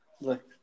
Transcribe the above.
Look